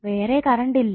വേറെ കറണ്ട് ഇല്ല